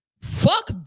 Fuck